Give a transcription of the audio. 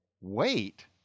Wait